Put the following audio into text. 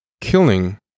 killing